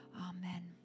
amen